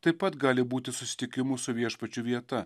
taip pat gali būti susitikimų su viešpačiu vieta